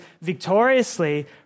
victoriously